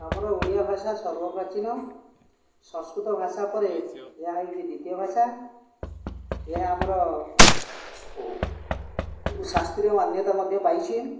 ଆମର ଓଡ଼ିଆ ଭାଷା ସର୍ବପ୍ରାଚୀନ ସଂସ୍କୃତ ଭାଷା ପରେ ଏହା ହେଉଚି ଦ୍ୱିତୀୟ ଭାଷା ଏହା ଆମର ଶାସ୍ତ୍ରୀୟ ମାନ୍ୟତା ମଧ୍ୟ ପାଇଛି